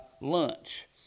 lunch